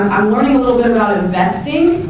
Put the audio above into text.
i'm learning a little bit about investing,